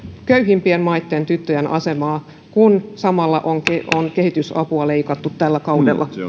köyhimpien maitten tyttöjen asemaa kun samalla on kehitysapua leikattu tällä kaudella